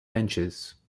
benches